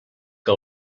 que